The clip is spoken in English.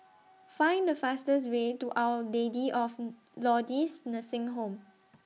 Find The fastest Way to Our Lady of Lourdes Nursing Home